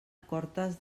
cortes